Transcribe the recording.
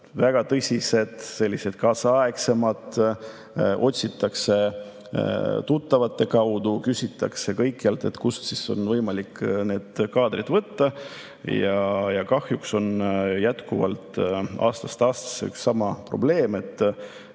väga tõsiseid, selliseid kaasaegsemaid –, otsitakse tuttavate kaudu, küsitakse kõikjalt, et kust on võimalik see kaader võtta. Kahjuks on jätkuvalt aastast aastasse üks ja sama probleem, et